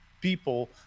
people